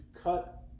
cut